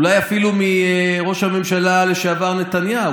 אולי אפילו מראש הממשלה לשעבר נתניהו.